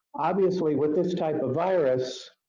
obviously, with this type of virus,